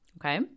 Okay